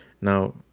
Now